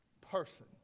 person